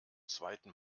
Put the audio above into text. zweiten